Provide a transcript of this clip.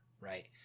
Right